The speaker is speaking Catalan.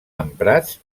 emprats